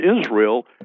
Israel